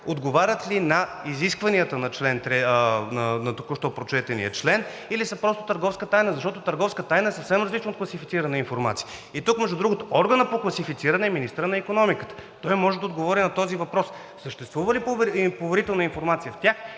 отговарят ли на изискванията на току-що прочетения член, или са просто търговска тайна? Защото търговска тайна е съвсем различно от класифицирана информация. И тук, между другото, органът по класифициране е министърът на икономиката. Той може да отговори на този въпрос – съществува ли поверителна информация в тях,